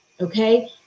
Okay